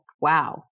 wow